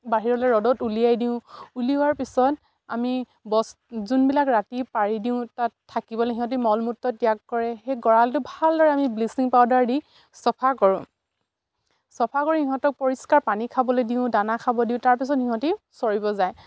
বাহিৰলে ৰ'দত উলিয়াই দিওঁ উলিওৱাৰ পিছত আমি বস্তা যোনবিলাক ৰাতি পাৰি দিওঁ তাত থাকিবলে সিহঁতি মল মূত্ৰ ত্যাগ কৰে সেই গঁৰালটো ভালদৰে আমি ব্লিচিং পাউডাৰ দি চফা কৰোঁ চফা কৰি সিহঁতক পৰিষ্কাৰ পানী খাবলে দিওঁ দানা খাব দিওঁ তাৰপিছত সিহঁতি চৰিব যায়